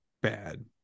bad